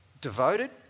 devoted